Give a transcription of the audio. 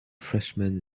freshman